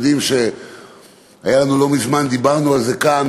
לא מזמן דיברנו כאן